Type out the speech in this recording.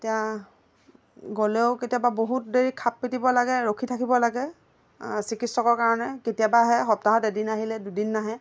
এতিয়া গ'লেও কেতিয়াবা বহুত দেৰি খাপ পিটিব লাগে ৰখি থাকিব লাগে চিকিৎসকৰ কাৰণে কেতিয়াবা আহে সপ্তাহত এদিন আহিলে দুদিন নাহে